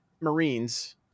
Marines